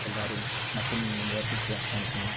എല്ലാവരെയും മറ്റൊന്നിൽ നിന്നും വേർതിരിച്ച് കാണിക്കുന്ന